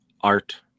art